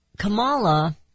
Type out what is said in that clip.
Kamala